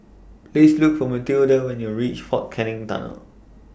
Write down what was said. Please Look For Matilda when YOU REACH Fort Canning Tunnel